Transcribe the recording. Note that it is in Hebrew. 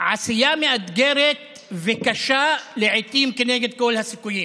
העשייה מאתגרת וקשה, לעיתים כנגד כל הסיכויים.